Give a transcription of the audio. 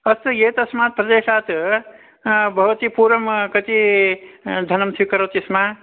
अस्तु एतस्मात् प्रदेशात् भवती पूर्वं कति धनं स्वीकरोति स्म